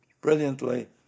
brilliantly